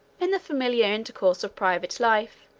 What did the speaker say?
in the familiar intercourse of private life,